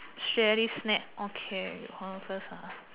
Sherry snack okay you hold on first ah